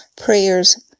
Prayers